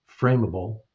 frameable